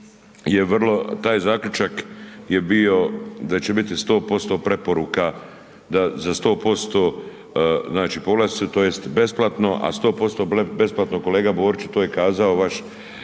taj zaključak je bio da će biti 100% preporuka, da za 100% znači povlastice tj. besplatno a 100% besplatno kolega Borić to je kazao vaš